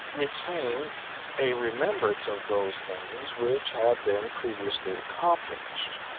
retain a remembrance of those things which have been previously accomplished,